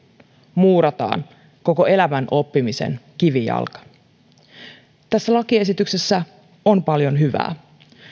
muurataan oppimisen kivijalka koko elämäksi tässä lakiesityksessä on paljon hyvää